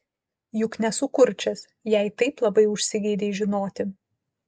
juk nesu kurčias jei taip labai užsigeidei žinoti